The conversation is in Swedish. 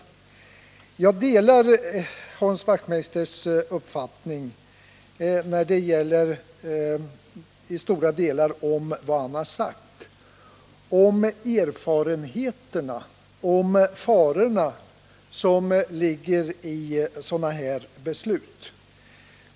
Jag delar i stort Hans Wachtmeisters uppfattning när det gäller de erfarenheter vi har av sådana här beslut och de faror som ligger i dem.